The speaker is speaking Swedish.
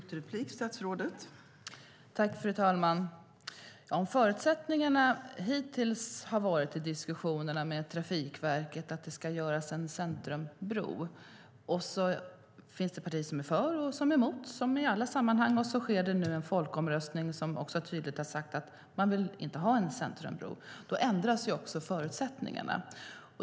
Fru talman! Om förutsättningarna har varit att det ska byggas en centrumbro men så sker det en folkomröstning som tydligt säger att man inte vill ha en centrumbro så ändras ju förutsättningarna.